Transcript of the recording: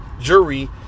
jury